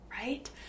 right